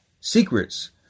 secrets